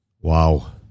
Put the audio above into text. Wow